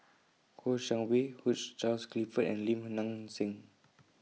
Kouo Shang Wei Hugh Charles Clifford and Lim Nang Seng